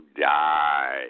die